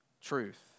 truth